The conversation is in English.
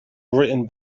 written